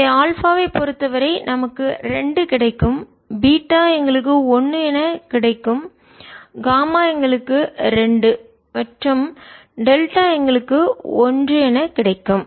எனவே ஆல்பா வைப் பொறுத்தவரை நமக்கு 2 கிடைக்கும் பீட்டா எங்களுக்கு 1 என கிடைக்கும் காமா எங்களுக்கு 2 மற்றும் டெல்டா எங்களுக்கு ஒன்று என கிடைக்கும்